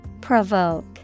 Provoke